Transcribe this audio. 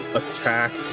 attack